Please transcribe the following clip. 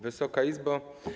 Wysoka Izbo!